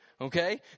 Okay